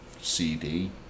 CD